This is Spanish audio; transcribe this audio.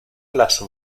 las